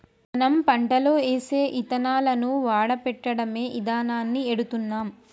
మనం పంటలో ఏసే యిత్తనాలను వాడపెట్టడమే ఇదానాన్ని ఎడుతున్నాం